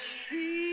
see